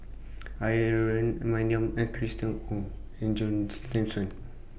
Aaron Maniam Ong and John Thomson